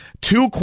two